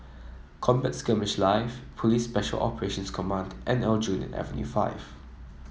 Combat Skirmish Live Police Special Operations Command and Aljunied Avenue Five